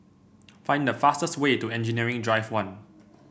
find the fastest way to Engineering Drive One